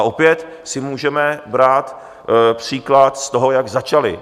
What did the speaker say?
Opět si můžeme brát příklad z toho, jak začali.